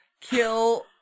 kill